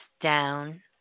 down